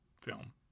film